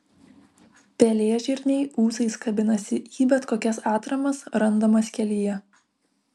pelėžirniai ūsais kabinasi į bet kokias atramas randamas kelyje